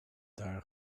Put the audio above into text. daar